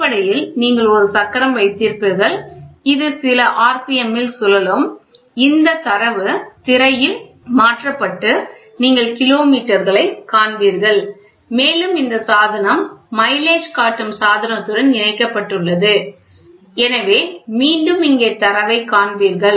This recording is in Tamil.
அடிப்படையில் நீங்கள் ஒரு சக்கரம் வைத்திருப்பீர்கள் இது சில ஆர்பிஎம்மில் சுழலும் இந்தத் தரவு திரையில் மாற்றப்பட்டு நீங்கள் கிலோமீட்டர்களைக் காண்பீர்கள் மேலும் இந்த சாதனம் மைலேஜ் காட்டும் சாதனத்துடன் இணைக்கப்பட்டுள்ளது எனவே மீண்டும் இங்கே தரவை காண்பீர்கள்